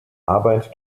arbeit